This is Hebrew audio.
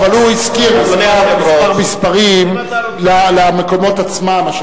אבל הוא הזכיר מספר מספרים למקומות עצמם.